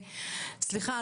סליחה,